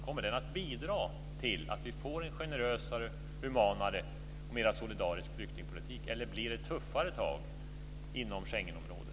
Kommer den att bidra till att vi får en generösare, humanare och mera solidarisk flyktingpolitik, eller blir det tuffare tag inom Schengenområdet?